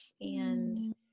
and-